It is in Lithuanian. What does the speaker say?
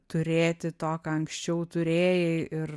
turėti to ką anksčiau turėjai ir